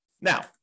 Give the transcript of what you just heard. Now